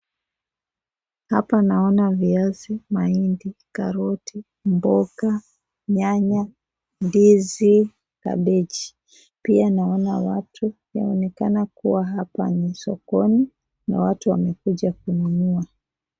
Hapa naona viazi , mahindi karoti, mboga, nyanya, ndizi , gabechi pia naona watu wanaonekana kuwa hapa ni sokoni na watu wamekuja kununua.